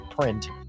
print